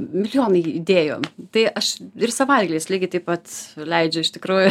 milijonai idėjų tai aš ir savaitgaliais lygiai taip pat leidžiu iš tikrųjų